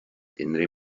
innere